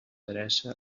adreça